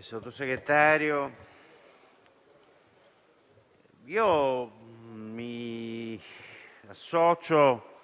Sottosegretario, mi associo